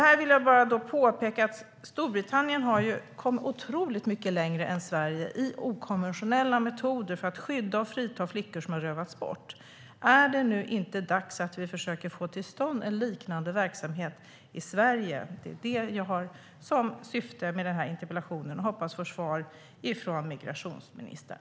Jag vill påpeka att Storbritannien kommit oerhört mycket längre än Sverige i fråga om okonventionella metoder för att skydda och frita flickor som har rövats bort. Är det inte dags att vi försöker få till stånd en liknande verksamhet i Sverige? Det är syftet med min interpellation, och jag hoppas få svar av migrationsministern.